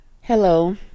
Hello